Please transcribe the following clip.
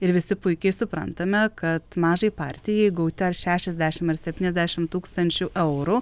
ir visi puikiai suprantame kad mažai partijai gauti ar šešiasdešim ar septyniasdešim tūkstančių eurų